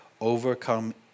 Overcome